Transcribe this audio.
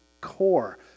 core